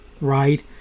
right